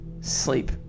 Sleep